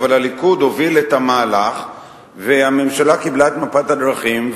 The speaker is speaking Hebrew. אבל הליכוד הוביל את המהלך והממשלה קיבלה את מפת הדרכים.